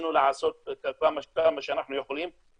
ניסינו לעשות כל מה שאנחנו יכולים,